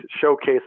showcase